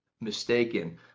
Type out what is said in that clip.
mistaken